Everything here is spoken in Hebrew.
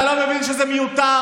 אתה לא מבין שזה מיותר?